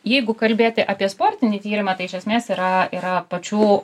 jeigu kalbėti apie sportinį tyrimą tai iš esmės yra yra pačių